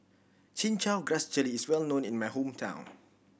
Chin Chow Grass Jelly is well known in my hometown